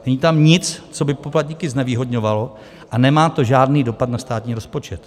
Není tam nic, co by poplatníky znevýhodňovalo, a nemá to žádný dopad na státní rozpočet.